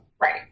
Right